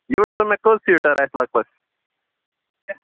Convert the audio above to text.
یہِ ؤنۍتو مےٚ کٔژ سیٖٹر آسہِ لگ بگ